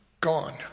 gone